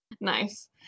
Nice